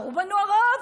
בחרו בנו הרוב,